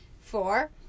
Four